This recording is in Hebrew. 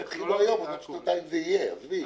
אם תתחילי היום, בעוד שנתיים זה יהיה, עזבי.